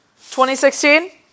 2016